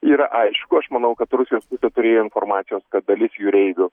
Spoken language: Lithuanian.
yra aišku aš manau kad rusijos pusė turėjo informacijos kad dalis jūreivių